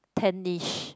tenish